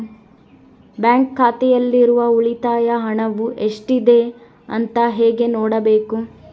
Bank ಖಾತೆಯಲ್ಲಿರುವ ಉಳಿತಾಯ ಹಣವು ಎಷ್ಟುಇದೆ ಅಂತ ಹೇಗೆ ನೋಡಬೇಕು?